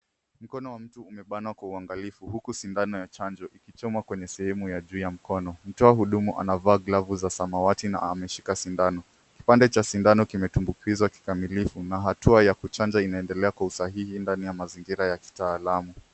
Mkono wa mtu umebanwa kwa uangalifu huku sindano ya chanjo ikichomwa kwenye sehemu ya juu ya mkono. Mtoa huduma anavaa glovu za samawati na ameshika sindano. Kipande cha sindano kimetumbukizwa kikamilifu na hatua ya kuchanja inaendelea kwa usahihi ndani ya mazingira ya kitaalamu.